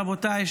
רבותיי,